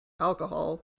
alcohol